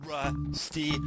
Rusty